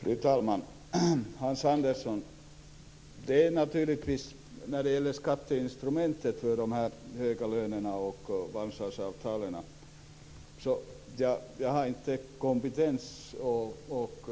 Fru talman! Hans Andersson! Jag har inte kompetens och